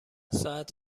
ساعت